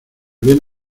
viene